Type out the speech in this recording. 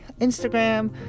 Instagram